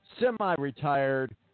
semi-retired